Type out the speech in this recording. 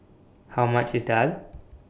How much IS Daal